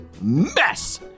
mess